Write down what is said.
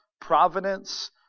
providence